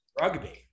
Rugby